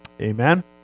amen